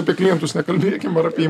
apie klientus nekalbėkim ar apie